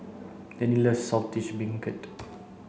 Danny loves Saltish Beancurd